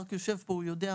מרק יושב פה, הוא מכיר.